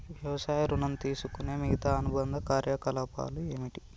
వ్యవసాయ ఋణం తీసుకునే మిగితా అనుబంధ కార్యకలాపాలు ఏమిటి?